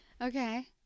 Okay